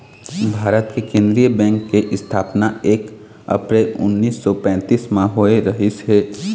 भारत के केंद्रीय बेंक के इस्थापना एक अपरेल उन्नीस सौ पैतीस म होए रहिस हे